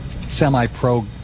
semi-pro